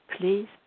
Please